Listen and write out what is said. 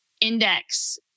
index